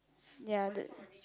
ya the